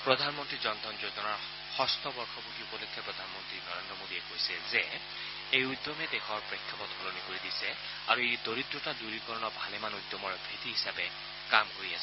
প্ৰধানমন্ত্ৰীৰ জন ধন যোজনাৰ ষষ্ঠ বৰ্ষপূৰ্তি উপলক্ষে প্ৰধানমন্ত্ৰী নৰেন্দ্ৰ মোদীয়ে কৈছে যে এই উদ্যমে দেশৰ প্ৰেক্ষাপট সলনি কৰি দিছে আৰু ই দৰিদ্ৰতা দূৰীকৰণৰ ভালেমান উদ্যমৰ ভেটি হিচাপে কাম কৰি আছে